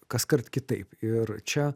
kaskart kitaip ir čia